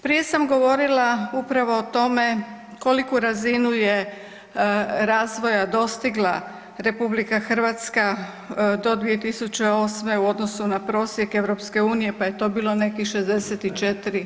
Prije sam govorila upravo o tome koliku razinu je razvoja dostigla RH do 2008. u odnosu na prosjek EU, pa je to bilo nekih 64%